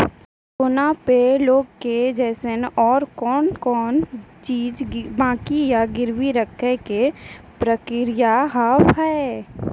सोना पे लोन के जैसे और कौन कौन चीज बंकी या गिरवी रखे के प्रक्रिया हाव हाय?